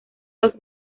los